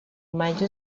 mayo